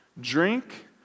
drink